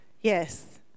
Yes